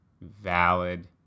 valid